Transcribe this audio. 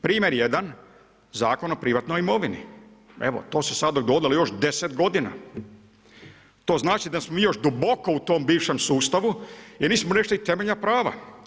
Primjer jedan, Zakon o privatnoj imovini, evo to se sada odgodilo još 10 godina, to znači da smo mi još duboko u tom bivšem sustavu jer nismo riješili temeljna prava.